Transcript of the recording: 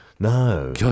No